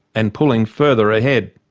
and pulling further ahead.